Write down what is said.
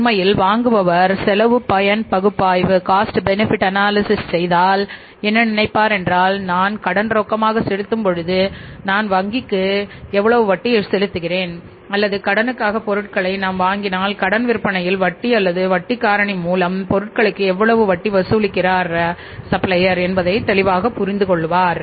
உண்மையில் வாங்குபவர் செலவு பயன் பகுப்பாய்வு காஸ்ட் பெனிபிட் அனாலிசிஸ் செய்தால் என்ன நினைப்பார் என்றால் நான் கடன் ரொக்கமாக செலுத்தும் பொழுது நான் வங்கிக்கு எவ்வளவு வட்டி செலுத்துகிறேன் அல்லது கடனுக்காக பொருட்கள் நாம் வாங்கினால் கடன் விற்பனையின் வட்டி அல்லது வட்டி காரணி மூலம் பொருட்களுக்கு எவ்வளவு வட்டி வசூலிக்கிறார் என்பதை தெளிவாக புரிந்து கொள்ளலாம்